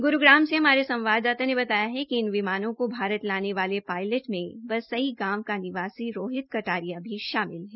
गुरूग्राम से हमारे संवाददाता ने बताया कि इन विमानों की भारत लाने वाले पायलट में बसई गांव का निवासी रोहित कटारिया भी शामिल है